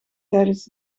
tijdens